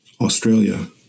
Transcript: Australia